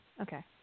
okay